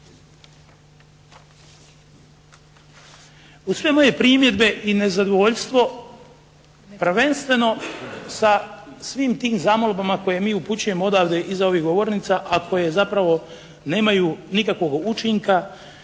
Uz sve moje primjedbe i nezadovoljstvo prvenstveno sa svim tim zamolbama koje mi upućujemo odavde iz ovih govornica, a koje zapravo nemaju nikakvoga učinka